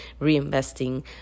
reinvesting